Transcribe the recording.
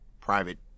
private